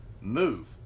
move